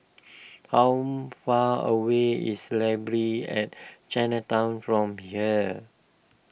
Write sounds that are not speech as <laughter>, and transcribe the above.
<noise> how far away is Library at Chinatown from here